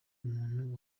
muntu